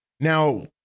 Now